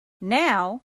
now